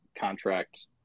contract